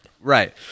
Right